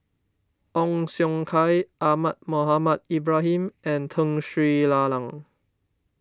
Ong Siong Kai Ahmad Mohamed Ibrahim and Tun Sri Lanang